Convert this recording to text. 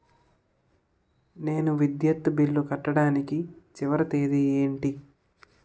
నేను విద్యుత్ బిల్లు కట్టడానికి చివరి తేదీ ఏంటి?